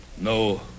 No